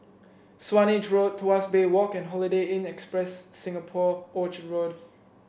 Swanage Road Tuas Bay Walk and Holiday Inn Express Singapore Orchard Road